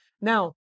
Now